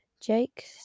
Jake